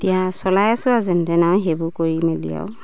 এতিয়া চলাই আছোঁ আৰু যেন তেনে সেইবোৰ কৰি মেলি আৰু